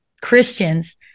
christians